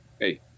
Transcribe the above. Hey